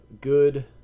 good